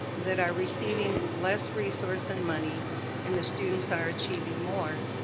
that are receiving less resource and money and the students are achieving more.